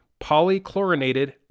polychlorinated